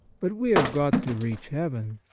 but we have got to reach heaven,